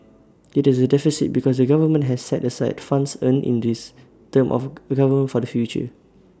IT is A deficit because the government has set aside funds earned in this term of government for the future